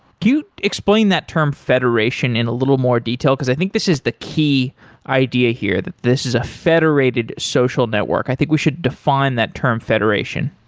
could you explain that term federation in a little more detail? because i think this is the key idea here that this is a federated social network. i think we should define that term federation.